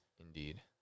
Indeed